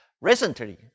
Recently